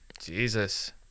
Jesus